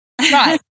Right